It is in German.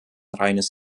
reines